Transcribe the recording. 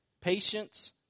patience